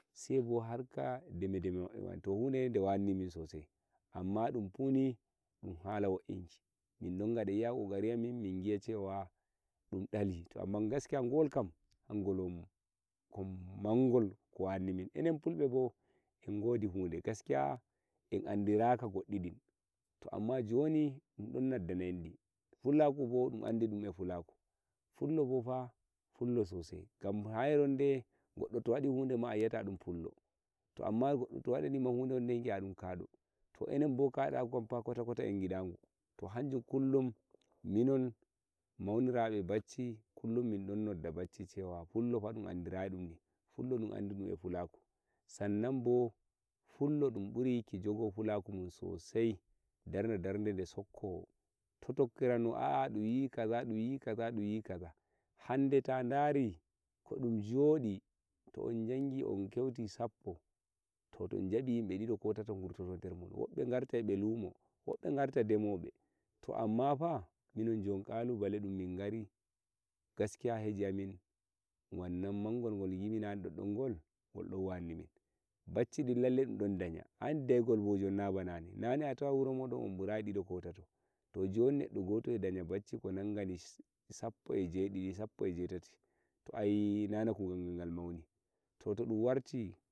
saibo harka deme deme maɓɓe funi hude de de wannimin Amma dun funi dun hala wo inki min gaɗa iya kokari amin min giya cewa min dali amma hangol wannimin enen fulbe bo engodi hude gaskiya en andiraka goɗɗidin joni dun don nazane enɗi enen fulbe bo fulakubo dun fulɓe sossai sa ire wande goddo to waɗi huɗe ma ayi ata ɗun fullo to amma goɗɗo to waɗi hude wande bo sai giya baɗun kaɗo kaɗakubo kotakota en giɗagu minon maunirabe baccu kullum minɗon nodda bacci cewa fullo fah ɗun andirayi ɗum eh nihi sannan bo fullo tu buri yikki jogo fulakumun sossai daro bo darde de shokkowo toh tokkirano wai hande ɗunyi kaza ɗunyi ka ko ɗum joɗi to en jangi en keuti sappo to ɗum jabi burata yimbe ɗiɗi ko tato wurtoto der men wambe karta lumo wobɓe garta demoɓe toh amma pah jon ƙalubale dun min mari gaskiya huje amin gongol mangol gol gimi nane ɗoddon kol ol don wannimin bacci din lallai beɗen daƴa jonbo na banane jonbo a tawai neɗɗo goto gaƴa bacci ko nangani sappo eh jeɗiɗi sappo eh jatati toh ayi i nana kugal gal gal mauni toh toh ɗun warti.